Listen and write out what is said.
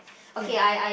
ya